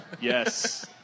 Yes